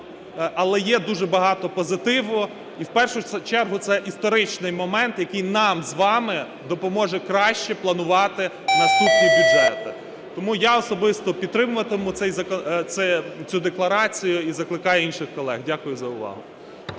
але є дуже багато позитиву. І в першу чергу це історичний момент, який нам з вами допоможе краще планувати наступні бюджети. Тому я особисто підтримуватиму цю декларацію і закликаю інших колег. Дякую за увагу.